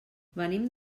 venim